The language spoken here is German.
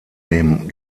dem